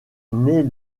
naît